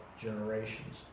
generations